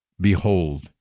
Behold